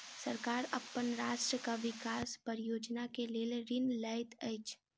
सरकार अपन राष्ट्रक विकास परियोजना के लेल ऋण लैत अछि